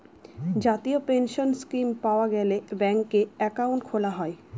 জাতীয় pension scheme পাওয়া গেলে ব্যাঙ্কে একাউন্ট খোলা যায়